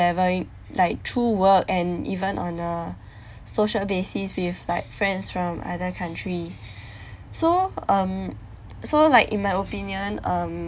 level like through work and even on a social basis with like friends from other country so um so like in my opinion um